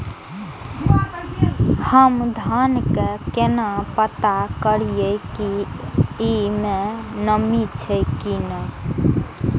हम धान के केना पता करिए की ई में नमी छे की ने?